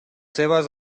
seves